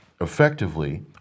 effectively